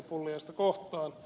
pulliaista kohtaan